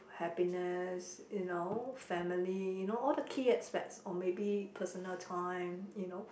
happiness you know family you know all the key aspects or maybe personal time you know